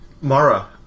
Mara